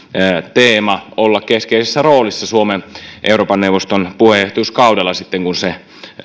teema olla keskeisessä roolissa suomen euroopan neuvoston puheenjohtajuuskaudella sitten kun se